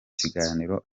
kiganiro